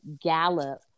Gallup